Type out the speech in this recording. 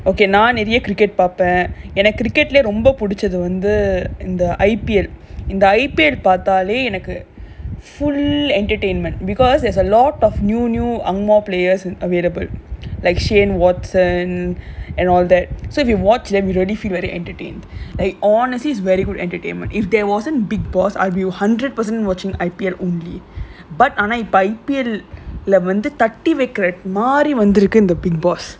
okay நா நிறையா:naa niraiyaa cricket பாப்பேன் எனக்கு:paappaen enakku cricket ரொம்ப பிடிச்சது வந்து இந்த:romba pidichathu vanthu intha I_P_L இந்த:intha I_P_L இந்த:intha I_P_L பாத்தாலே எனக்கு:paathalae enakku fully entertainment because there's a lot of new new ang moh players and available like shane watson and all that so if you've watched them you already feel very entertained like honest he's very good entertainment if there wasn't bigg boss I will hundred percent watch I_P_L only but ஆனா இப்ப:aanaa ippa I_P_L leh வந்து தட்டி வைக்கிற மாரி வந்துருக்கு இந்த:vanthu thatti vaikkira maari vanthurukku intha bigg boss